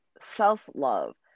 self-love